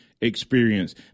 experience